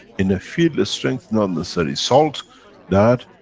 in a field-strength, not necessarily salt that,